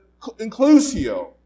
inclusio